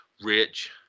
rich